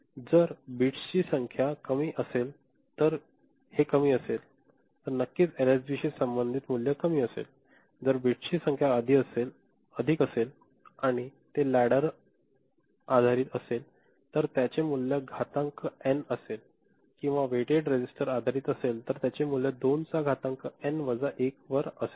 जर बिट्सची संख्या कमी असेल तर कमी असेल तर नक्कीच एलएसबीशी संबंधित मूल्य कमी असेल जर बिटची संख्या अधिक असेल आणि ते लॅडर आधारित असेल तर त्याचे मूल्य घातांक एन असेल किंवा वेट रेसिस्टर आधारित असेल तर त्याचे मूल्य 2 चा घातांक एन वजा 1 वर एक असेल